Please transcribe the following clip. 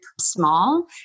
small